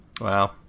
Wow